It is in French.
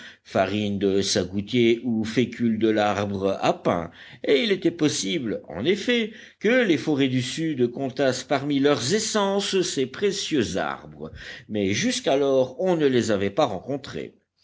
farine de sagoutier ou fécule de l'arbre à pain et il était possible en effet que les forêts du sud comptassent parmi leurs essences ces précieux arbres mais jusqu'alors on ne les avait pas rencontrés